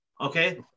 Okay